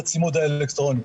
הצימוד האלקטרוני.